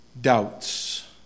Doubts